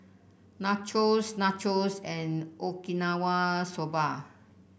Nachos Nachos and Okinawa Soba